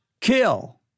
Kill